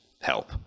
help